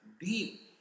deep